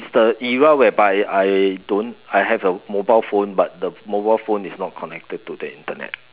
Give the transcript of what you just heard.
it's the era whereby I don't I have a mobile phone but the mobile phone is not connected to the internet